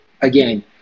again